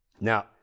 Now